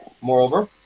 moreover